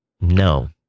no